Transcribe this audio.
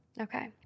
Okay